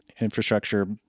infrastructure